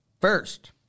first